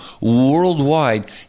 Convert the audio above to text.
Worldwide